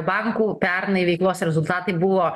bankų pernai veiklos rezultatai buvo